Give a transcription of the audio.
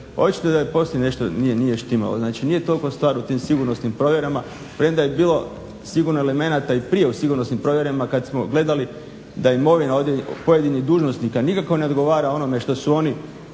Očito da nešto poslije nije štimalo. Znači nije toliko stvar u tim sigurnosnim provjerama premda je bilo elemenata i prije u sigurnosnim provjerama kada smo gledali da imovina pojedinih dužnosnika nikako ne odgovara onome što su oni